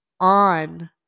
on